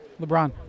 LeBron